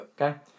Okay